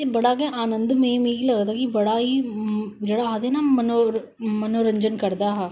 ते एह् बड़ा गै आनंद मि लगदा कि बडा ही जेहडा आक्खदे ना मनोरंजन करदा हा